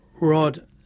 Rod